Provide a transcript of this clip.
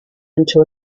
into